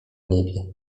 niebie